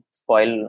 spoil